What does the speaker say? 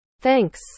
Thanks